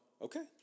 Okay